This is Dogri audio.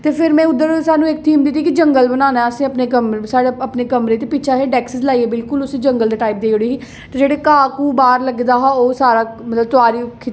ते फिर में उद्धर इक थीम दित्ती कि जंगल बनाना ऐ फिर साढ़े अपने कमरे दे पिच्छै असें डैस्क्स लाइयै बिल्कुल उस्सी जंगल दी टाइप देई उड़ी ही ते जेह्ड़े घाऽ घूऽ बाह्र लग्गे दा हा ओह् सारा मतलब तोआरी